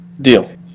Deal